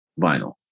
vinyl